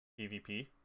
PvP